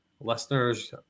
listeners